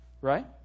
Right